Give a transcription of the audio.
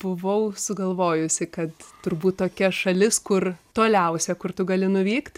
buvau sugalvojusi kad turbūt tokia šalis kur toliausia kur tu gali nuvykt